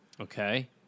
Okay